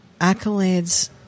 accolades